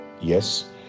yes